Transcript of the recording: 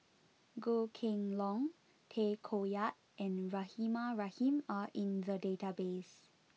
Goh Kheng Long Tay Koh Yat and Rahimah Rahim are in the database